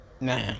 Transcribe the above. Nah